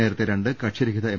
നേരത്തെ രണ്ട് കക്ഷിരഹിത എം